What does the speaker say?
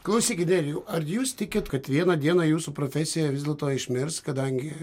klausykit nerijau ar jūs tikit kad vieną dieną jūsų profesija vis dėlto išmirs kadangi